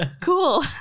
Cool